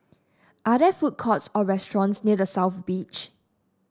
are there food courts or restaurants near The South Beach